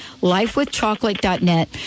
lifewithchocolate.net